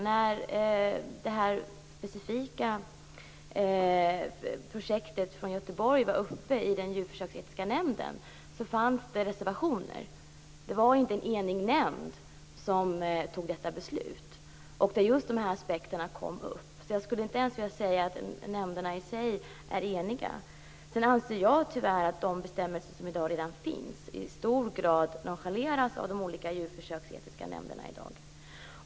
När det specifika projektet i Göteborg var uppe i Djurförsöksetiska nämnden fanns det reservationer. Det var inte en enig nämnd som fattade detta beslut, och just dessa aspekter kom upp. Jag skulle inte ens säga att nämnderna i sig är eniga. Sedan anser jag att de bestämmelser som i dag finns i stor grad nonchaleras av de olika djurförsöksetiska nämnderna.